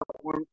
one